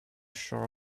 shore